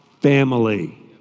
family